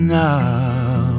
now